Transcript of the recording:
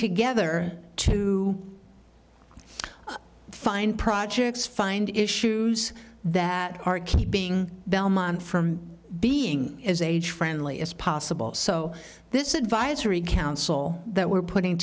together to fine projects find issues that are keeping belmont from being as age friendly as possible so this advisory council that we're putting